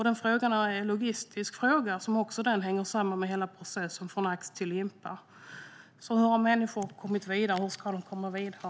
Det är en logistisk fråga, som också den hänger samman med hela processen från ax till limpa. Hur har människor kommit vidare, och hur ska de komma vidare?